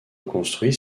construit